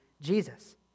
Jesus